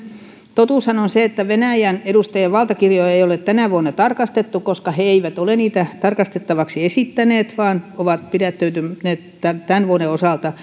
totuushan on se että venäjän edustajien valtakirjoja ei ole tänä vuonna tarkastettu koska he eivät ole niitä tarkastettavaksi esittäneet vaan ovat pidättäytyneet tämän tämän vuoden osalta